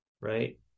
right